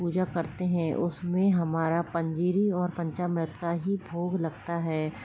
पूजा करते हैं उसमें हमारा पंजीरी और पंचामृत का ही भोग लगता है